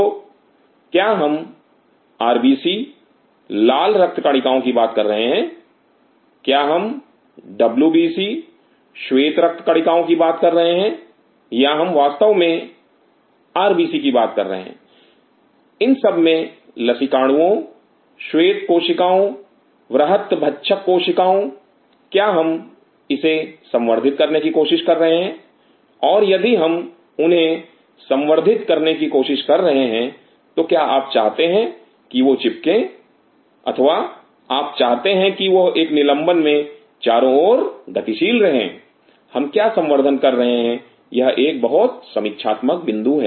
तो क्या हम आरबीसी लाल रक्त कणिकाओं की बात कर रहे हैं क्या हम डब्ल्यूबीसी श्वेत रक्त कणिकाओं की बात कर रहे हैं या हम वास्तव में आरबीसी की बात कर रहे हैं इन सब में लसीकाणुओं श्वेत कोशिकाओं वृहत्तभक्षककोशिकाओं क्या हम इसे संवर्धित करने की कोशिश कर रहे हैं और यदि हम उन्हें संवर्धित करने की कोशिश कर रहे हैं तो क्या आप चाहते हैं कि वह चिपके अथवा आप चाहते हैं कि वह एक निलंबन में चारों ओर गतिशील रहें हम क्या संवर्धन कर रहे हैं यह एक बहुत समीक्षात्मक बिंदु है